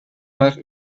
maar